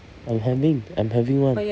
I'm having I'm having one